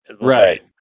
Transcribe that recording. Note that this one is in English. right